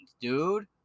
dude